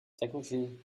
technically